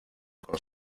con